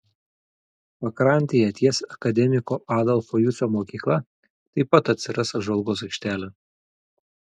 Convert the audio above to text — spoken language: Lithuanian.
pakrantėje ties akademiko adolfo jucio mokykla taip pat atsiras apžvalgos aikštelė